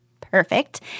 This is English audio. perfect